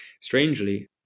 strangely